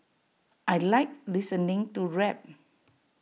I Like listening to rap